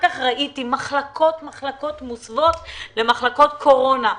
ואחר כך ראיתי מחלקות-מחלקות מוסבות למחלקות קורונה,